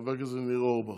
חבר הכנסת ניר אורבך.